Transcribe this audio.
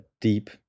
deep